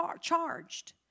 charged